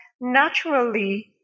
naturally